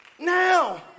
Now